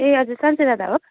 ए हजुर संजय दादा हो